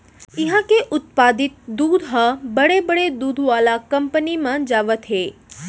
इहां के उत्पादित दूद ह बड़े बड़े दूद वाला कंपनी म जावत हे